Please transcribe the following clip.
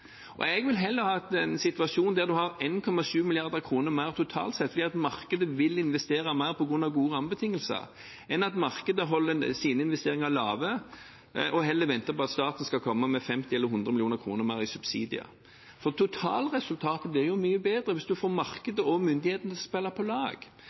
2013. Jeg vil heller ha en situasjon der en har 1,7 mrd. kr mer totalt sett fordi markedet vil investere mer på grunn av gode rammebetingelser, enn at markedet holder sine investeringer lave og venter på at staten skal komme med 50 mill. kr eller 100 mill. kr mer i subsidier. Totalresultatet blir jo mye bedre hvis man får markedet og myndighetene til å spille på lag.